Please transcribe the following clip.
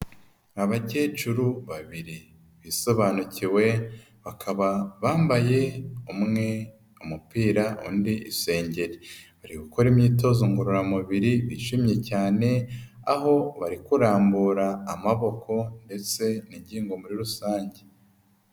Abakecuru babiri bisobanukiwe, bakaba bambaye umwe umupira undi isengeri. Bari gukora imyitozo ngororamubiri bishimye cyane, aho bari kurambura amaboko ndetse n'ingingo muri rusange.